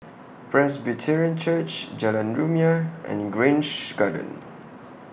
Presbyterian Church Jalan Rumia and Grange Garden